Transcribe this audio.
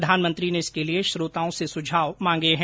प्रधानमंत्री ने इसके लिए श्रोताओं से सुझाव मांगे हैं